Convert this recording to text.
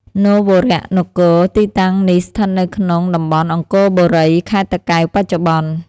នរវរនគរ ទីតាំងនេះស្ថិតនៅក្នុងតំបន់ អង្គរបុរី ខេត្តតាកែវ បច្ចុប្បន្ន។